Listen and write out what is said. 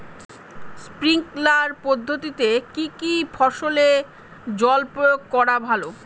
Sprinkler পদ্ধতিতে কি কী ফসলে জল প্রয়োগ করা ভালো?